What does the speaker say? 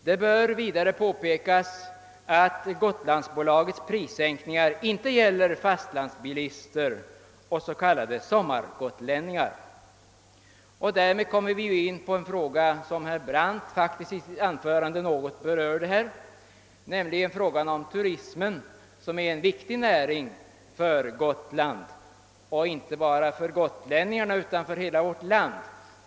Det bör vidare påpekas att Gotlandsbolagets prissänkningar inte gäller för fastlandsbilister och s.k. sommargotlänningar. Därmed kommer vi in på en fråga som herr Brandt faktiskt något berörde i sitt anförande, nämligen frågan om turismen, som är en viktig näring för Gotland och inte bara för gotlänningarna utan för hela vårt land.